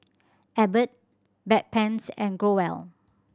Abbott Bedpans and Growell